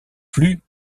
plus